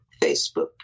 Facebook